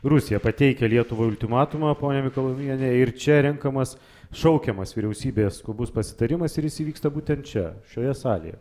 rusija pateikia lietuvai ultimatumą ponia mikalajūniene ir čia renkamas šaukiamas vyriausybės skubus pasitarimas ir įvyksta būtent čia šioje salėje